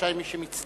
רשאי מי שמצטרף,